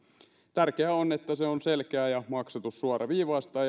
tärkeää on että se on selkeä ja maksatus suoraviivaista